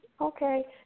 Okay